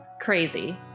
crazy